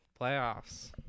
playoffs